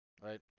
right